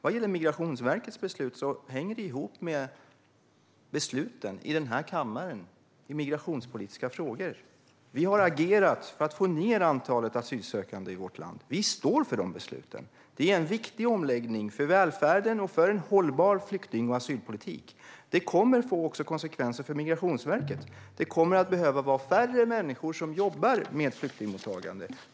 Vad gäller Migrationsverkets beslut hänger det ihop med besluten i den här kammaren i migrationspolitiska frågor. Vi har agerat för att få ned antalet asylsökande i vårt land. Vi står för de besluten. Det är en viktig omläggning för välfärden och för en hållbar flykting och asylpolitik. Det kommer att få konsekvenser också för Migrationsverket. Det kommer att behövas färre människor som jobbar med flyktingmottagandet.